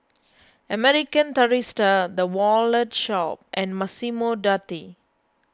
American Tourister the Wallet Shop and Massimo Dutti